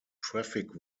traffic